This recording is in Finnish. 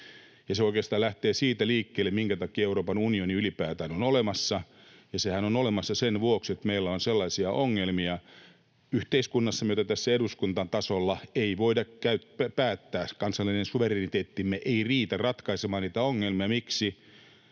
Se oikeastaan lähtee siitä liikkeelle, minkä takia Euroopan unioni ylipäätään on olemassa. Ja sehän on olemassa sen vuoksi, että meillä on sellaisia ongelmia yhteiskunnassa, mitä tässä eduskuntatasolla ei voida päättää, kansallinen suvereniteettimme ei riitä ratkaisemaan niitä ongelmia. Miksi?